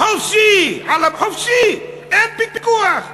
חופשי, אין פיקוח,